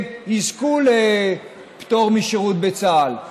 הם יזכו לפטור משירות בצה"ל,